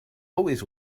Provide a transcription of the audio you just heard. always